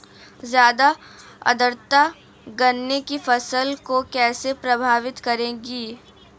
ज़्यादा आर्द्रता गन्ने की फसल को कैसे प्रभावित करेगी?